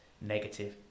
negative